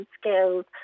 skills